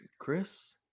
Chris